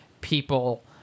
people